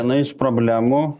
viena iš problemų